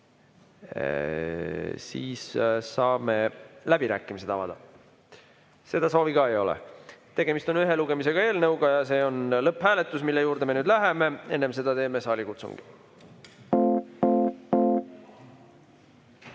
Saame läbirääkimised avada. Seda soovi ka ei ole. Tegemist on ühe lugemisega eelnõuga. See on lõpphääletus, mille juurde me läheme, enne seda teeme saalikutsungi. Head